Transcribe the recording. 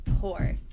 poor